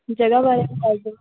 ਜਗ੍ਹਾ ਬਾਰੇ ਕੋਈ ਨੌਲੇਜ